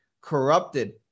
corrupted